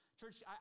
Church